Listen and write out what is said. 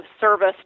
service